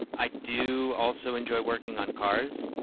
i do also enjoy working on cars.